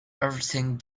everything